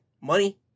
money